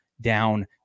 down